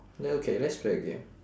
okay let's play a game